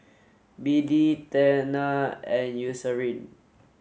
B D Tena and Eucerin